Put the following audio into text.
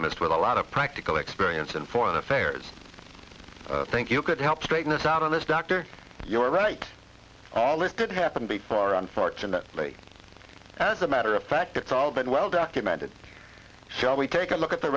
economist with a lot of practical experience in foreign affairs i think you could help straighten us out on this dr you're right all it did happen before unfortunately as a matter of fact it's all been well documented shall we take a look at the